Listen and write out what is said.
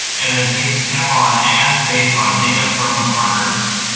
and then, tape, tap on ads based on data from partners,